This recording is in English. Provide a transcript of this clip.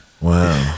Wow